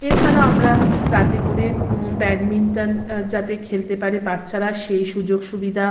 এছাড়া আমরা রাতে করে ব্যাডমিন্টন যাতে খেলতে পারে বাচ্চারা সেই সুযোগ সুবিধা